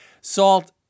Salt